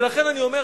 ולכן אני אומר,